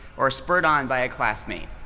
or spurred on by a classmate.